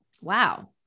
wow